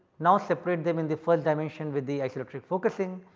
now, separate them in the first dimension with the isoelectric focusing,